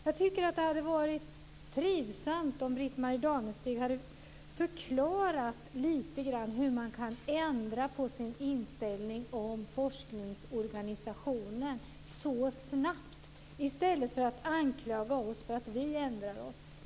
Jag tycker att det hade varit trivsamt om Britt Marie Danestig lite grann hade förklarat hur man kan ändra sin inställning till forskningsorganisationen så snabbt i stället för att anklaga oss för att vi ändrat oss.